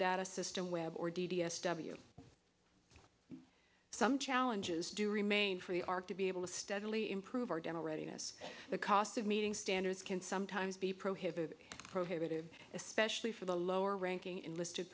data system web or d d s w some challenges do remain for the ark to be able to steadily improve our dental readiness the cost of meeting standards can sometimes be prohibitive prohibitive especially for the lower ranking enlisted